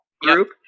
group